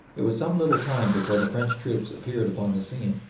it was some little time before the french troops appeared upon the scene,